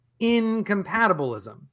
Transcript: incompatibilism